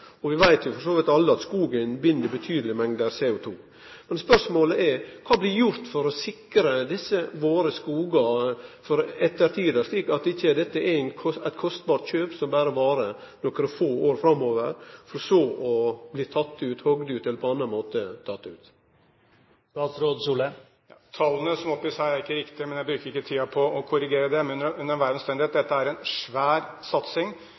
Vi veit for så vidt alle at skogen bind betydelege mengder CO2. Men spørsmålet er: Kva blir gjort for å sikre desse skogane for ettertida, slik at dette ikkje er eit kostbart kjøp som berre varar nokre få år framover, for så å bli hogde ut eller på annan måte tekne ut? Tallene som oppgis her, er ikke riktige, men jeg bruker ikke tid på å korrigere dem. Dette er under enhver omstendighet en svær satsing,